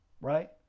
right